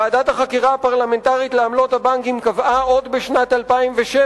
ועדת החקירה הפרלמנטרית בנושא עמלות הבנקים קבעה עוד בשנת 2007,